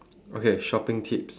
okay shopping tips